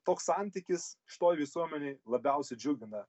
toks santykis šitoj visuomenėj labiausia džiugina